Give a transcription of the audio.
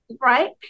Right